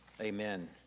Amen